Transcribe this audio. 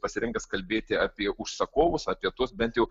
pasirengęs kalbėti apie užsakovus apie tuos bet jau